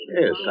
Yes